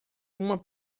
uma